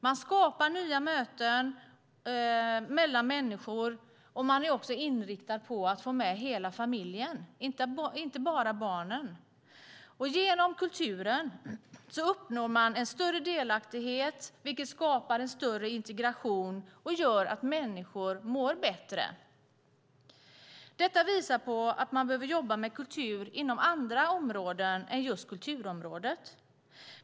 Man skapar nya möten mellan människor, och man är inriktad på att få med hela familjen, inte bara barnen. Genom kulturen uppnår man en större delaktighet, vilket skapar större integration och gör att människor mår bättre. Detta visar att man behöver jobba med kultur inom andra områden än just kulturområdet.